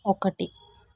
ఒకటి